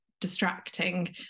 distracting